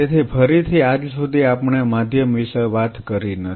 તેથી ફરીથી આજ સુધી આપણે માધ્યમ વિશે વાત કરી નથી